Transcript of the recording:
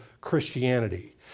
Christianity